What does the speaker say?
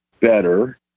better